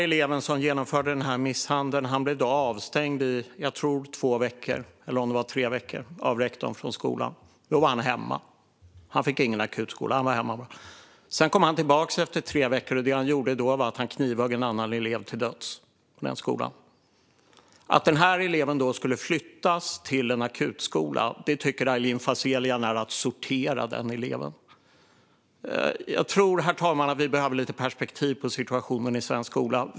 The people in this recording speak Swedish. Eleven som genomförde misshandeln blev avstängd i två tre veckor av rektorn för skolan. Då var han hemma. Han fick ingen akutskola. Sedan kom han tillbaka efter tre veckor, och det han gjorde då var att han knivhögg en annan elev till döds. Att denna elev skulle flyttas till en akutskola tycker alltså Aylin Fazelian är att sortera den eleven. Jag tror att vi behöver lite perspektiv på situationen i svensk skola.